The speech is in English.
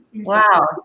wow